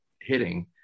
hitting